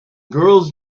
girls